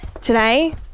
Today